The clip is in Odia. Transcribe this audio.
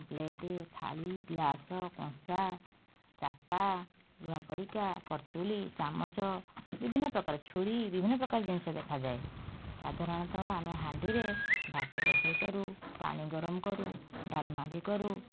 ପ୍ଲେଟ୍ ଥାଳି ଗ୍ଲାସ୍ କଂସା ଚାପା ଲୁହା ଖଡ଼ିକା କରଚୁଲି ଚାମଚ ବିଭିନ୍ନ ପ୍ରକାର ଛୁରୀ ବିଭିନ୍ନ ପ୍ରକାର ଜିନିଷ ଦେଖାଯାଏ ସାଧାରଣତଃ ଆମେ ହାଣ୍ଡିରେ ଭାତ ରୋଷେଇ କରୁ ପାଣି ଗରମ କରୁ ଡାଲମା ବି କରୁ